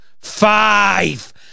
Five